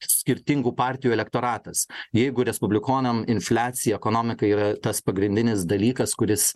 skirtingų partijų elektoratas jeigu respublikonam infliacija ekonomika yra tas pagrindinis dalykas kuris